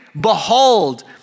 behold